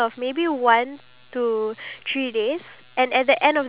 how often does he you know take the time off to try and fight